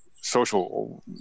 social